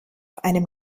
einem